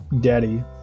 Daddy